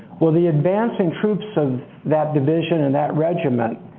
well, the advancing troops of that division and that regiment